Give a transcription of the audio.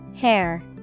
hair